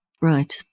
right